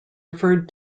referred